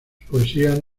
poesías